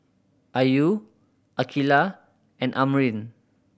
Ayu Aqilah and Amrin